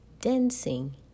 dancing